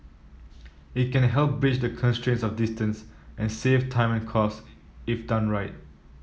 it can help bridge the constraints of distance and save time and cost if done right